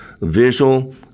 visual